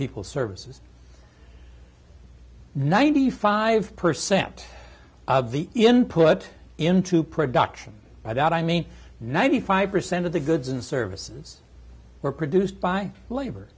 people services ninety five percent of the input into production by that i mean ninety five percent of the goods and services were produced by labor